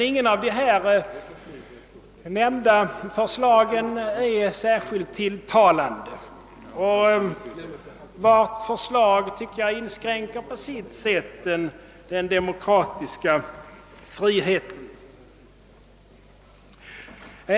Inget av de nämnda förslagen är emellertid särskilt tilltalande. Jag tycker att varje förslag på sitt sätt inskränker riksdagsledamotens demokratiska frihet.